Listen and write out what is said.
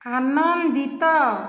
ଆନନ୍ଦିତ